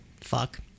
fuck